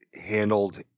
handled